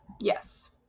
Yes